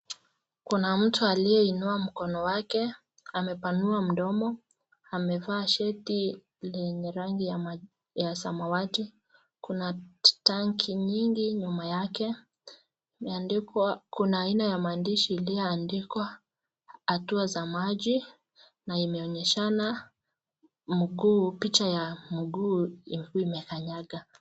Kuna mtu aliyeinua mkono wake, amepanua mdomo, amevaa shati lenye rangi ya samawati. Kuna tanki nyingi nyuma yake imeandikwa. Kuna aina ya maandishi iliyoandikwa hatua za maji na imeonyeshana picha ya mguu imekanyaga.